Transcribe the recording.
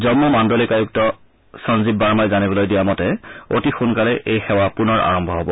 জম্মু মাগুলিক আয়ুক্ত সঞ্জীৱ বাৰ্মাই জানিবলৈ দিয়া মতে অতি সোনকালে এই সেৱা পুনৰ আৰম্ভ হ'ব